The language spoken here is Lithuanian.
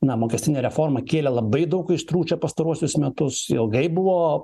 na mokestinė reforma kėlė labai daug aistrų čia pastaruosius metus ilgai buvo